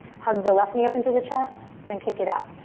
hug the left knee up into the chest, then kick it out.